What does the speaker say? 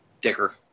Dicker